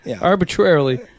arbitrarily